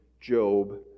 Job